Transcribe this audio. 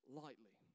lightly